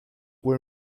were